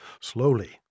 Slowly